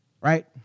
right